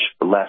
less